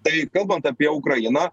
tai kalbant apie ukrainą